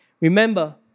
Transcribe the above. Remember